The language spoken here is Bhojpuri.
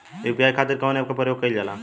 यू.पी.आई खातीर कवन ऐपके प्रयोग कइलजाला?